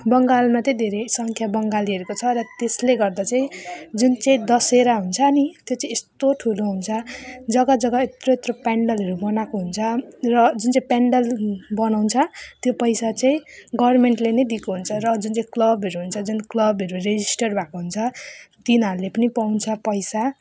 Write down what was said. बङ्गालमा चाहिँ धेरै सङ्ख्यामा बङ्गालीहरूको छ र त्यसले गर्दा चाहिँ जुन चाहिँ दशहरा हुन्छ नि त्यो चाहिँ यस्तो ठुलो हुन्छ जग्गा जग्गा यत्रो यत्रो पन्डालहरू बनाएको हुन्छ र जुन चाहिँ पन्डाल बनाउँछ त्यो पैसा चाहिँ गभर्मेन्टले नै दिएको हुन्छ र जुन चाहिँ क्लबहरू हुन्छ जुन क्लबहरू रेजिस्टर भएको हुन्छ तिनीहरूले पनि पाउँछ पैसा